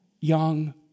young